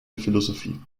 philosophie